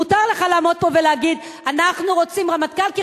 מותר לך לעמוד פה ולהגיד: אנחנו רוצים רמטכ"ל כי